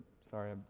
Sorry